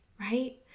right